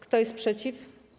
Kto jest przeciw?